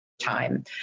time